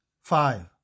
Five